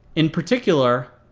in particular,